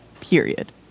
Period